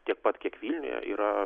tiek pat kiek vilniuje yra